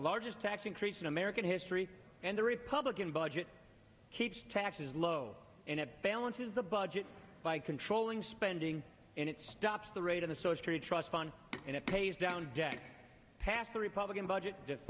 largest tax increase in american history and the republican budget keeps taxes low and it balances the budget by controlling spending and it stops the rate at the source tree trust fund and it pays down day past the republican budget